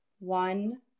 One